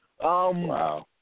Wow